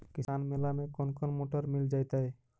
किसान मेला में कोन कोन मोटर मिल जैतै?